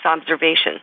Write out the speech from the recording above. observation